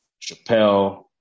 Chappelle